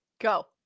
Go